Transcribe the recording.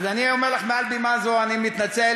אז אני אומר לך מעל בימה זאת, אני מתנצל.